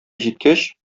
җиткәч